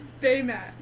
Baymax